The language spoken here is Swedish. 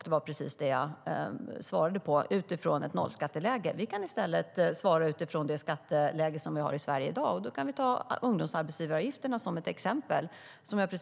Det var precis det jag svarade på, utifrån ett nollskatteläge. Jag kan i stället svara utifrån det skatteläge som vi har i Sverige i dag, och då kan jag ta ungdomsarbetsgivaravgifterna som ett exempel.